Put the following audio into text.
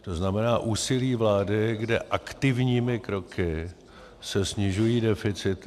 To znamená úsilí vlády, kde aktivními kroky se snižují deficity.